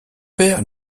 père